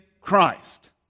Christ